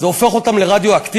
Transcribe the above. זה הופך אותם לרדיואקטיביים?